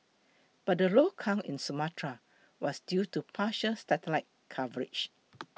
but the low count in Sumatra was due to partial satellite coverage